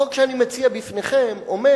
החוק שאני מציע בפניכם אומר,